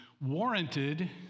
warranted